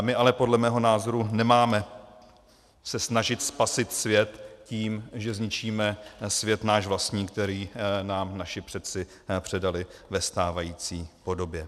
My se ale podle mého názoru nemáme snažit spasit svět tím, že zničíme svět náš vlastní, který nám naši předci předali ve stávající podobě.